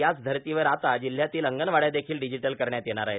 याच धर्तावर आता जिल्ह्यातील अंगणवाड़यादेखील र्डजिटल करण्यात येणार आहेत